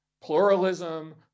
pluralism